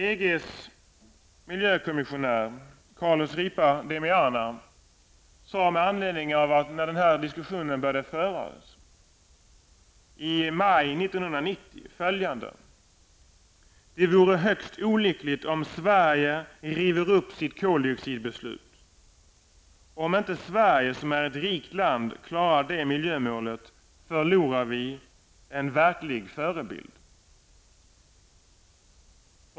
EGs miljökommissionär, Carlos Ripa de Meana, sade i maj 1990 när denna diskussion började föras: ''Det vore högst olyckligt om Sverige river upp sitt koldioxidbeslut. Om inte Sverige, som är ett rikt land, klarar det miljömålet, förlorar vi en verklig förebild.''